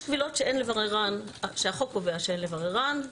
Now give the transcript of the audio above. יש קבילות שהחוק קובע שאין לבררן.